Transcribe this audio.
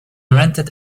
rented